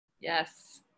Yes